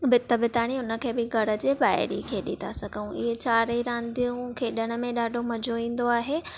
बित बिताणी उन खे बि घर जे ॿाहिरि ही खेॾी था सघूं ही चारई रांधियूं खेॾण में ॾाढो मज़ो ईंदो आहे